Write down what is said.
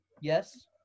Yes